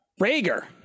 Rager